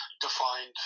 defined